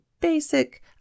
basic